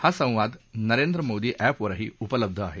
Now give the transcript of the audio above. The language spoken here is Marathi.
हा संवाद नरेंद्र मोदी अँपवरही उपलब्ध आहे